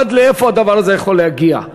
עד לאיפה הדבר הזה יכול להגיע?